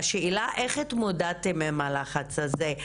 השאלה היא איך התמודדתם עם הלחץ הזה ?